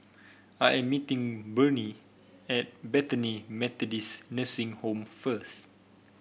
I'm meeting Burney at Bethany Methodist Nursing Home first